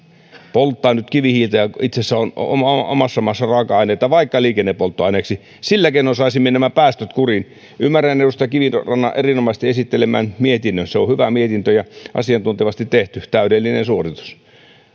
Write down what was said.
polttaa nyt kivihiiltä kun itse asiassa omassa maassa on raaka aineita vaikka liikennepolttoaineeksi sillä keinoin saisimme nämä päästöt kuriin ymmärrän edustaja kivirannan erinomaisesti esittelemää mietintöä se on on hyvä mietintö ja asiantuntevasti tehty täydellinen suoritus